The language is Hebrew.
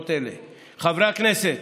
חברי הכנסת,